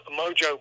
Mojo